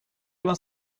vingt